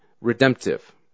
redemptive